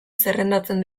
zerrendatzen